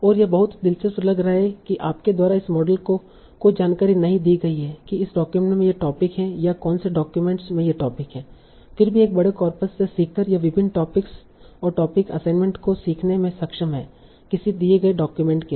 और यह बहुत दिलचस्प लग रहा है कि आपके द्वारा इस मॉडल को कोई जानकारी नहीं दी गई है कि इस डॉक्यूमेंट में ये टोपिक हैं या कौन से डॉक्यूमेंट में ये टोपिक हैं फिर भी एक बड़े कॉर्पस से सीखकर यह विभिन्न टॉपिक्स और टोपिक असाइनमेंट को सीखने में सक्षम है किसी दिए डॉक्यूमेंट के लिए